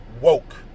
woke